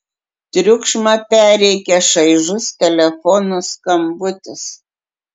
triukšmą perrėkia šaižus telefono skambutis